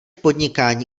podnikání